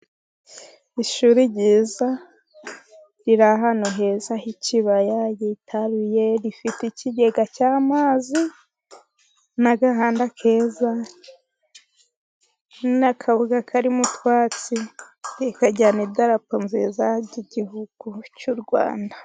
Ishuri ryiza riri ahantu heza h'ikibaya hitaruye rifite ikigega cy'amazi n'agahanda keza n'akabuga karimo utwatsi rikagira n'idarapo ryiza ry'igihugu cy'u Rwanda.